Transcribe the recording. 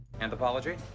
Anthropology